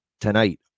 tonight